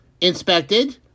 inspected